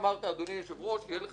אדוני היושב-ראש יהיה לך זמנך,